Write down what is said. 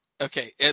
Okay